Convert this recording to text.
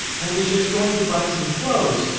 i was just going to buy some clothes.